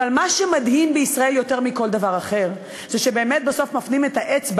אבל מה שמדהים בישראל יותר מכל דבר אחר זה שבאמת בסוף מפנים את האצבע